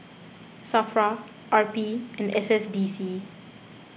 Safra R P and S S D C